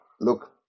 Look